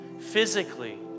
Physically